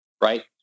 right